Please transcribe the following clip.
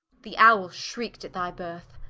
the owle shriek'd at thy birth,